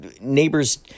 neighbors